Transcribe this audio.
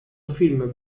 film